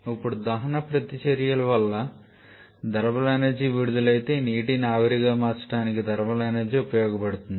ఇప్పుడు దహన ప్రతిచర్యల వల్ల థర్మల్ ఎనర్జీ విడుదలైతే ఈ నీటిని ఆవిరిగా మార్చడానికి థర్మల్ ఎనర్జీ ఉపయోగించబడుతుంది